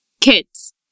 Kids